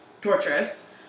torturous